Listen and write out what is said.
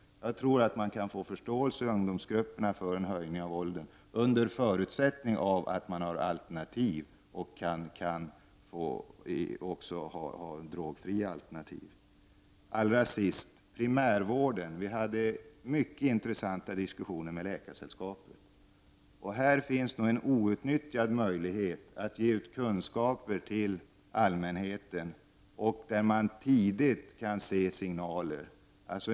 Jag tror att man kan vinna förståelse i ungdomsgrupperna för en höjning av denna åldersgräns under förutsättning att ungdomarna har alternativ, även drogfria. Vi hade mycket intressanta diskussioner med Läkaresällskapet om primärvården. I detta sammanhang finns det nog en outnyttjad möjlighet att ge kunskaper till allmänheten som innebär att man tidigt kan få signaler.